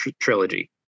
trilogy